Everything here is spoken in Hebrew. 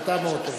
החלטה מאוד טובה.